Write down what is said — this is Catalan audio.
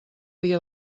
dia